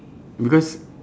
because